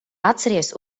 atceries